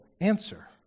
answer